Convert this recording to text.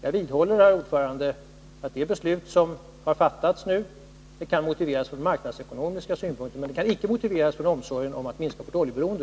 Jag vill framhålla, herr talman, att det beslut som nu har fattats kan motiveras från marknadsekonomiska synpunkter men inte med omsorgen om att minska vårt oljeberoende.